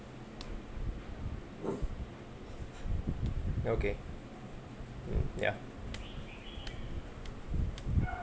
okay mm ya